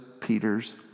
Peter's